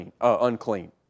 unclean